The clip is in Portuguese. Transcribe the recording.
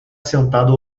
sentado